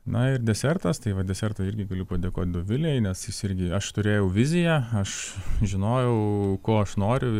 na ir desertas tai va desertą irgi galiu padėkot dovilei nes jis irgi aš turėjau viziją aš žinojau ko aš noriu